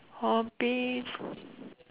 hobbies